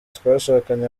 twashakanye